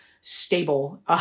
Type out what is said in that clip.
stable